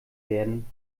werden